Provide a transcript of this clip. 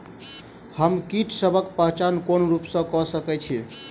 हम कीटसबक पहचान कोन रूप सँ क सके छी?